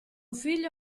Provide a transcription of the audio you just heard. figlio